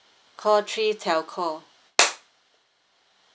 call three telco